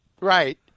Right